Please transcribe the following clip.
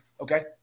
Okay